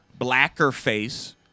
Blackerface